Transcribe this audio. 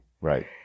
Right